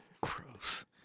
Gross